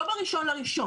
לא ב-1 בינואר,